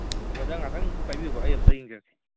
brother ꯉꯥꯏꯍꯥꯛꯇꯪ ꯄꯥꯏꯕꯤꯌꯨꯀꯣ ꯑꯩ ꯑꯝꯇꯪ ꯌꯦꯡꯖꯔꯛꯀꯦ